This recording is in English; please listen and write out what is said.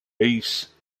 ace